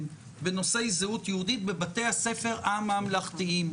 בנושאי זהות יהודית בבתי הספר הממלכתיים.